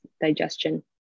digestion